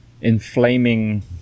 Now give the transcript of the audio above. inflaming